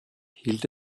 hielt